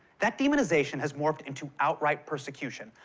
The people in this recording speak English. that demonization has morphed into outright persecution.